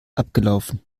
abgelaufen